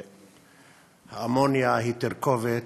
אמוניה היא תרכובת,